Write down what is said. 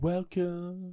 Welcome